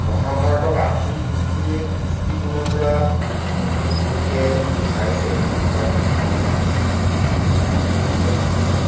মহাভাৰতক আধুনিক দৃষ্টি দৃষ্টিকোণৰ পৰা চন্দ্ৰপ্ৰসাদ শইকীয়াই এইটো চাইছে মহাভাৰতৰ বিস্ময় আৰু বিশ্বাস এই মানে উপন্যাসখনত